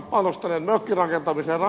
eikö tämä ole ihan oikein